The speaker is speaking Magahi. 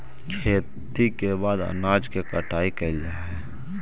खेती के बाद अनाज के कटाई कैल जा हइ